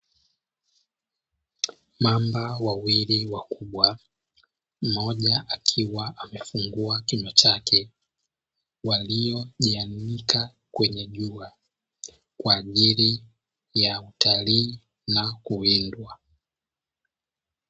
Mamba wawili wakubwa, mmoja akiwa amefungua kinywa chake, waliojianika kwenye jua kwa ajili ya utalii na kuwindwa.